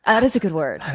ah that is a good word.